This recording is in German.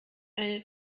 eine